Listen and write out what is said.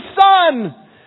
son